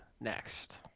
next